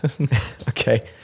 okay